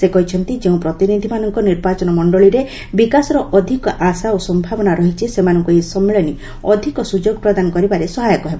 ସେ କହିଛନ୍ତି ଯେଉଁ ପ୍ରତିନିଧିମାନଙ୍କ ନିର୍ବାଚନ ମଣ୍ଡଳିରେ ବିକାଶର ଅଧିକ ଆଶା ଓ ସମ୍ଭାବନା ରହିଛି ସେମାନଙ୍କୁ ଏହି ସମ୍ମିଳନୀ ଅଧିକ ସୁଯୋଗ ପ୍ରଦାନ କରିବାରେ ସହାୟକ ହେବ